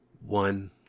One